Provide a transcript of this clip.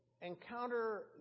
encounter